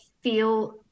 feel